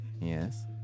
Yes